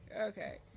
Okay